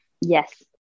Yes